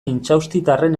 intxaustitarren